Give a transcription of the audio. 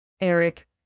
Eric